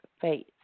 faith